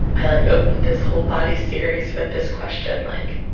i like open this whole bodies series with this question like